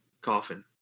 coffin